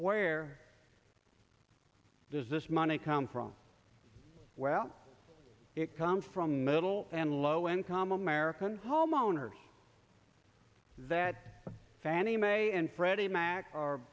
where does this money come from well it comes from middle and low income american homeowners that fannie mae and freddie mac or